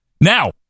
Now